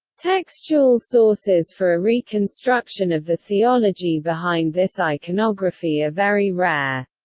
textual sources for a reconstruction of the theology behind this iconography are very rare.